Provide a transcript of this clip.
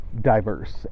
diverse